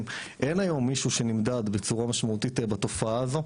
אין היום מישהו שנמדד בצורה משמעותית בתופעה הזו,